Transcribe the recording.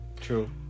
True